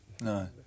No